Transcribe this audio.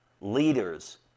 leaders